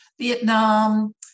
Vietnam